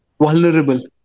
vulnerable